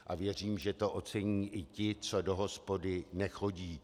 A věřím, že to ocení i ti, co do hospody nechodí.